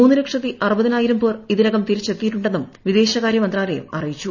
മൂന്ന് ലക്ഷത്തി അറുപതിനായിരം പേർ ഇതിനകഠ തിരിച്ചെത്തിയിട്ടുണ്ടെന്നും വിദേശകാര്യ മന്ത്രാലയം അറിയിച്ചു